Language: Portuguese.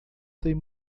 tem